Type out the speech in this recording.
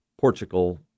Portugal